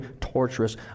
torturous